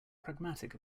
pragmatic